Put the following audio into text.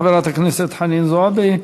חברת הכנסת חנין זועבי,